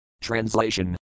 Translation